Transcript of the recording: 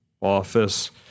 office